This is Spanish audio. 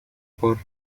por